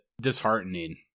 disheartening